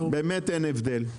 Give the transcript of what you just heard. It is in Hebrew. באמת אין הבדל.